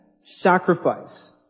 sacrifice